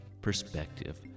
perspective